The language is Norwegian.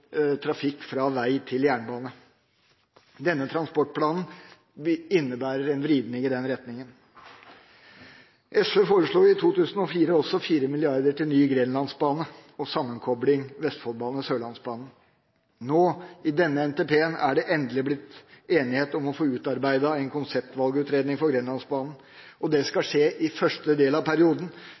trafikk fra vei til jernbane. Denne transportplanen innebærer en vridning i den retninga. SV foreslo i 2004 også 4 mrd. til ny grenlandsbane og sammenkopling av Vestfoldbanen og Sørlandsbanen. I denne NTP-en er det endelig blitt enighet om å få utarbeidet en konseptvalgutredning for Grenlandsbanen. Det skal skje i første del av perioden